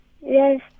Yes